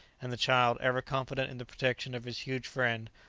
and the child, ever confident in the protection of his huge friend,